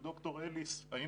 והיינו אצל ד"ר אליס במחלקה,